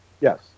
Yes